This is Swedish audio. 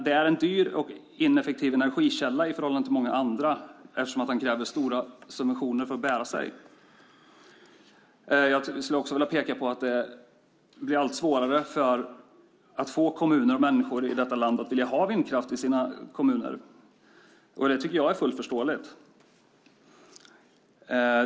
Det är en dyr och ineffektiv energikälla i förhållande till många andra eftersom den kräver stora subventioner för att bära sig. Jag skulle också vilja peka på att det blir allt svårare att få kommuner och människor att vilja ha vindkraft i sina kommuner. Det är fullt förståeligt.